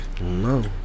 No